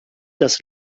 das